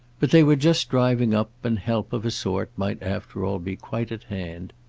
but they were just driving up, and help, of a sort, might after all be quite at hand.